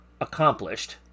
accomplished